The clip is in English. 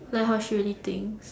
like how she really think